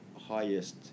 highest